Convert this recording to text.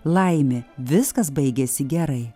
laimė viskas baigėsi gerai